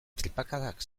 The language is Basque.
tripakadak